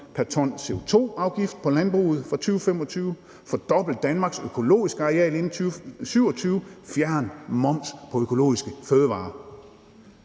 pr. t CO2 på landbruget fra 2025; fordobl Danmarks økologiske areal inden 2027; fjern moms på økologiske fødevarer.